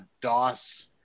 DOS